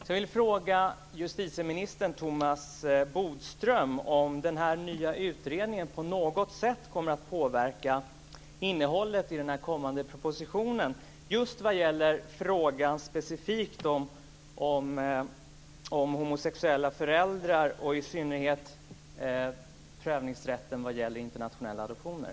Jag vill fråga justitieminister Thomas Bodström om den här nya utredningen på något sätt kommer att påverka innehållet i den kommande propositionen just vad gäller frågan specifikt om homosexuella föräldrar och i synnerhet prövningsrätten vad gäller internationella adoptioner.